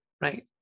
right